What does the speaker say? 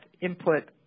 input